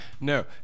No